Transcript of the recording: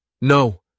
No